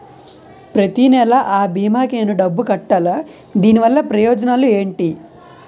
ప్రతినెల అ భీమా కి నేను డబ్బు కట్టాలా? దీనివల్ల ప్రయోజనాలు ఎంటి?